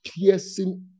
piercing